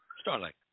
Starlight